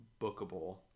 bookable